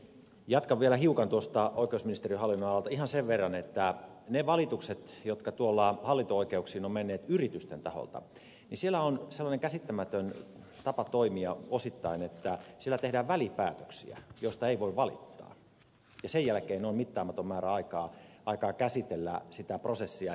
jatkan vielä hiukan oikeusministeriön hallinnonalalta ihan sen verran niistä valituksista jotka hallinto oikeuksiin ovat menneet yritysten taholta että siellä on sellainen käsittämätön tapa toimia osittain että siellä tehdään välipäätöksiä joista ei voi valittaa ja sen jälkeen on mittaamaton määrä aikaa käsitellä sitä prosessia